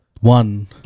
One